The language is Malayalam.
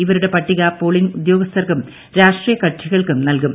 ഇവരുടെ പട്ടിക പോളിംഗ് ഉദ്യോഗസ്ഥർക്കും രാഷ്ട്രീയ കക്ഷികൾക്കും നൽകും